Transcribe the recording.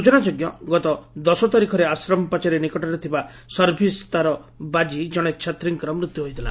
ସୂଚନାଯୋଗ୍ୟ ଗତ ଦଶ ତାରିଖରେ ଆଶ୍ରମ ପାଚେରୀ ନିକଟରେ ଥିବା ସର୍ଭିସ୍ ତାର ବାଜି ଜଣେ ଛାତ୍ରୀଙ୍କ ମୃତ୍ୟୁ ହୋଇଥିଲା